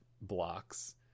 blocks